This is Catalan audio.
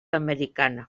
americana